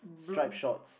stripe shorts